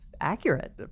accurate